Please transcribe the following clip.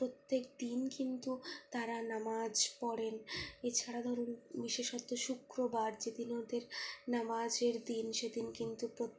প্রত্যেকদিন কিন্তু তারা নামাজ পড়েন এছাড়া ধরুন বিশেষত শুক্রবার যেদিন ওদের নামাজের দিন সেদিন কিন্তু